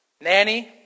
Nanny